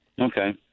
Okay